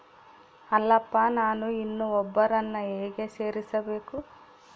ಅಲ್ಲಪ್ಪ ನಾನು ಇನ್ನೂ ಒಬ್ಬರನ್ನ ಹೇಗೆ ಸೇರಿಸಬೇಕು?